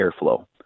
airflow